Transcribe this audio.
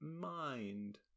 mind